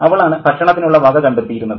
അവളാണ് ഭക്ഷണത്തിനുള്ള വക കണ്ടെത്തിയിരുന്നത്